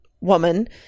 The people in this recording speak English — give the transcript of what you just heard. woman